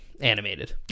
animated